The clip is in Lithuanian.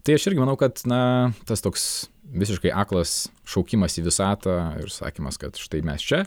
tai aš irgi manau kad na tas toks visiškai aklas šaukimas į visatą ir sakymas kad štai mes čia